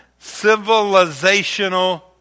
civilizational